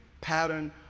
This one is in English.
pattern